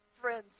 friends